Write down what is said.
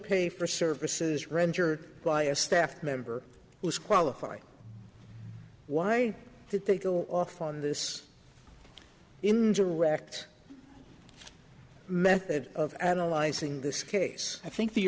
pay for services rendered by a staff member who is qualified why did they go off on this indirect method of analyzing this case i think the